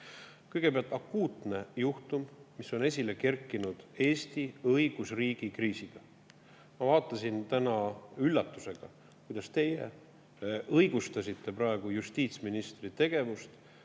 Kõigepealt akuutne juhtum, mis on esile kerkinud Eesti õigusriigi kriisiga. Ma vaatasin täna üllatusega, kuidas te õigustasite justiitsministri tegevust,